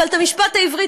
אבל את המשפט העברי,